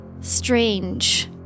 strange